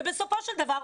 ובסופו של דבר,